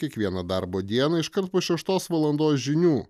kiekvieną darbo dieną iškart po šeštos valandos žinių